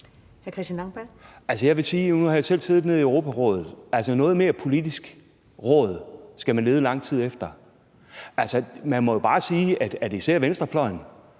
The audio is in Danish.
i Europarådet, og noget mere politisk råd skal man lede lang tid efter. Man må jo bare sige, at især venstrefløjen